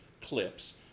clips